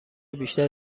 بیشتر